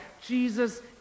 Jesus